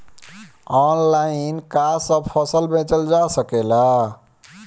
Online का सब फसल बेचल जा सकेला?